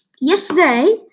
Yesterday